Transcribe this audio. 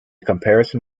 comparison